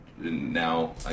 now